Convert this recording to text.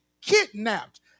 kidnapped